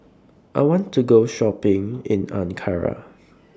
I want to Go Shopping in Ankara